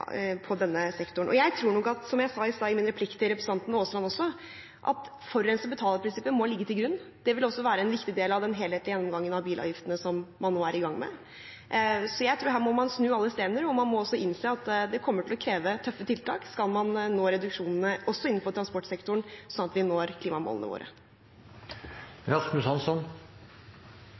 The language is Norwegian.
på denne sektoren. Jeg tror nok, som jeg sa i stad i min replikk til representanten Aasland også, at forurenser betaler-prinsippet må ligge til grunn. Det vil være en viktig del av den helhetlige gjennomgangen av bilavgiftene som man nå er i gang med. Jeg tror at her må man snu alle steiner. Man må også innse at det kommer til å kreve tøffe tiltak skal man nå reduksjonene, også innenfor transportsektoren, slik at vi når klimamålene